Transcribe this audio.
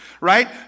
right